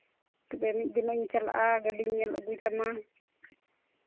ᱛᱚᱵᱮ ᱢᱤᱫ ᱫᱤᱱᱤᱧ ᱪᱟᱞᱟᱜᱼᱟ ᱜᱟᱹᱰᱤᱧ ᱧᱮᱞ ᱟᱹᱜᱩᱭ ᱛᱟᱢᱟ